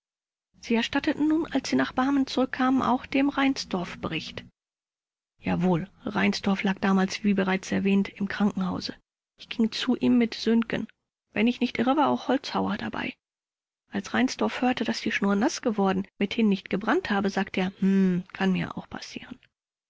sie erstatteten nun als sie nach barmen zurückkamen auch dem reinsdorf bericht rupsch jawohl reinsdorf lag damals wie bereits erwähnt im krankenhause ich ging zu ihm mit söhngen wenn ich nicht irre war auch holzhauer dabei als reinsdorf hörte daß die schnur naß geworden mithin nicht gebrannt habe sagte er hm kann mir auch passieren